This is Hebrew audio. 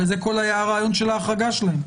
הרי זה היה כל הרעיון של ההחרגה שלהם.